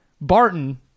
Barton